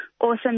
awesome